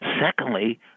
Secondly